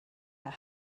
had